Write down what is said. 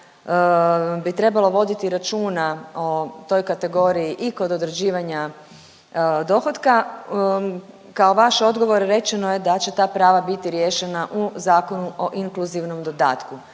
bi trebalo voditi računa o toj kategoriji i kod određivanja dohotka, kao vaš odgovor rečeno je da će ta prava biti riješena u Zakonu o inkluzivnom dodatku,